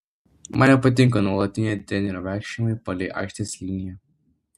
man nepatinka nuolatiniai trenerių vaikščiojimai palei aikštės liniją